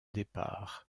départ